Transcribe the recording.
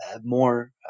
more